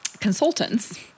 consultants